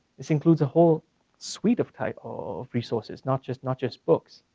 this includes a whole suite of type of resources not just not just books.